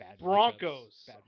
Broncos